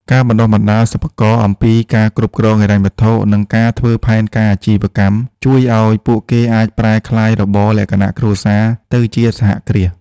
ការបណ្ដុះបណ្ដាលសិប្បករអំពីការគ្រប់គ្រងហិរញ្ញវត្ថុ និងការធ្វើផែនការអាជីវកម្ម ជួយឱ្យពួកគេអាចប្រែក្លាយរបរលក្ខណៈគ្រួសារទៅជាសហគ្រាស។